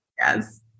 Yes